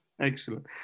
Excellent